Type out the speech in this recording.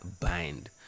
bind